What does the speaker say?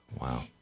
Wow